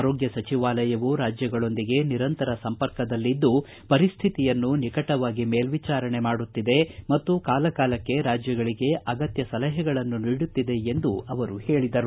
ಆರೋಗ್ಯ ಸಚಿವಾಲಯವೂ ರಾಜ್ಯಗಳೊಂದಿಗೆ ನಿರಂತರ ಸಂಪರ್ಕದಲ್ಲಿದ್ದು ಪರಿಸ್ಥಿತಿಯನ್ನು ನಿಕಟವಾಗಿ ಮೇಲ್ವಿಚಾರಣೆ ಮಾಡುತ್ತಿದೆ ಮತ್ತು ಕಾಲಕಾಲಕ್ಕೆ ರಾಜ್ಯಗಳಗೆ ಅಗತ್ಯ ಸಲಹೆಗಳನ್ನು ನೀಡುತ್ತಿದೆ ಎಂದು ಹೇಳಿದರು